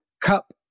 Cup